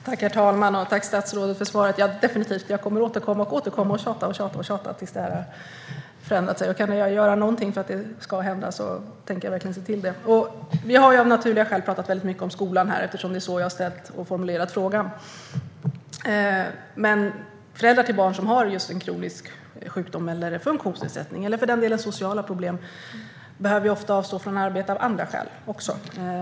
Herr talman! Tack för svaret, statsrådet! Jag kommer definitivt att återkomma och tjata, tills det har förändrats. Om jag kan göra någonting för att det ska hända tänker jag verkligen göra det. Vi har av naturliga skäl talat mycket om skolan, eftersom jag har formulerat frågan på det sättet. Men föräldrar till barn som har en kronisk sjukdom, en funktionsnedsättning eller för den delen sociala problem behöver ofta avstå från arbete av andra skäl.